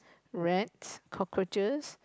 rats cockroaches